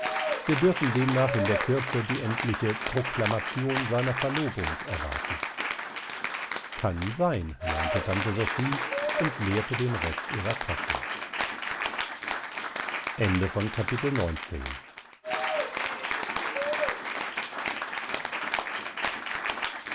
wir dürfen demnach in der kürze die endliche proklamation seiner verlobung erwarten kann sein meinte tante sophie und leerte den rest ihrer tasse